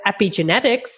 epigenetics